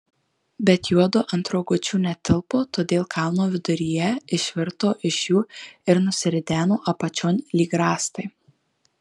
bet juodu ant rogučių netilpo todėl kalno viduryje išvirto iš jų ir nusirideno apačion lyg rąstai